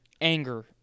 anger